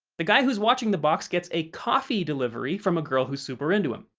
the guy who's watching the box gets a coffee delivery from a girl who's super into him.